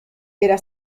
era